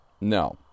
No